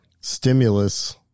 stimulus